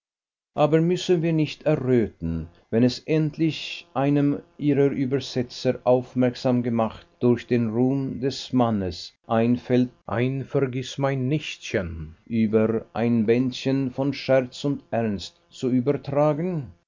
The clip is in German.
aber müssen wir nicht erröten wenn es endlich einem ihrer übersetzer aufmerksam gemacht durch den ruhm des mannes einfällt ein vergißmeinnichtchen über ein bändchen von scherz und ernst zu übertragen